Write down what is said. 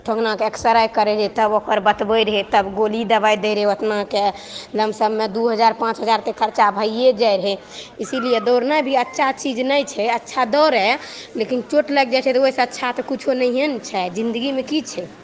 ठेहुनाके x ray करैत रहै तब ओकर बतबैत रहै तब गोली दबाइ दैत रहै उतनाके लम्पसममे दू हजार पाँच हजारके खरचा भैए जाइत रहै इसीलिए दौड़नाइ भी अच्छा चीज नहि छै अच्छा दौड़ए लेकिन चोट लागि जाइ छै तऽ ओहिसँ अच्छा तऽ किछो नहिए ने छै जिन्दगीमे की छै